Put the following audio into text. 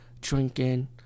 drinking